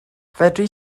fedri